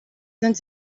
sind